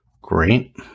Great